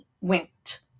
went